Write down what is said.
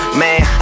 man